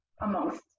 amongst